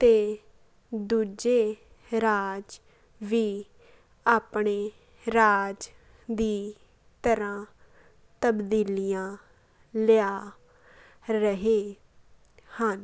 ਅਤੇ ਦੂਜੇ ਰਾਜ ਵੀ ਆਪਣੇ ਰਾਜ ਦੀ ਤਰ੍ਹਾਂ ਤਬਦੀਲੀਆਂ ਲਿਆ ਰਹੇ ਹਨ